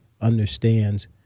understands